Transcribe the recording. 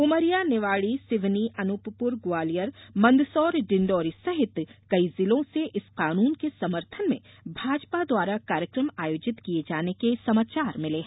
उमरिया निवाड़ी सिवनी अनूपपुर ग्वालियर मंदसौर डिंडोरी सहित कई जिलों से इस कानून के समर्थन में भाजपा द्वारा कार्यक्रम आयोजित किये जाने के समाचार मिले हैं